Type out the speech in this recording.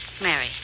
Mary